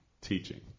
teaching